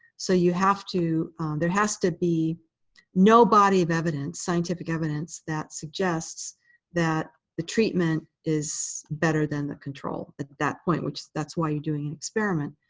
so you have to there has to be no body of evidence, scientific evidence that suggests that the treatment is better than the control at that point, which that's why you're doing an experiment.